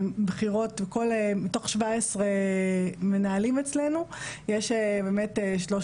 מתוך 17 מנהלים אצלנו יש באמת 13